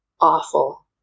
awful